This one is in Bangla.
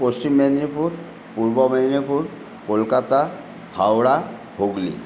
পশ্চিম মেদিনীপুর পূর্ব মেদিনীপুর কলকাতা হাওড়া হুগলি